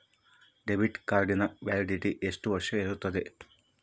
Debit ಕಾರ್ಡಿನ validity ಎಷ್ಟು ವರ್ಷ ಇರುತ್ತೆ?